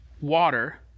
water